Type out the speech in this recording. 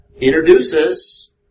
introduces